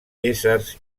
éssers